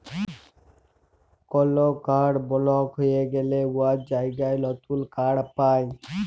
call card বলক হঁয়ে গ্যালে উয়ার জায়গায় লতুল কাড় পায়